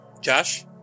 Josh